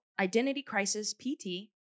identitycrisispt